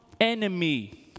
enemy